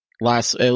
last